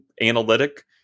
analytic